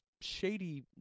shady